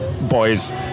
Boys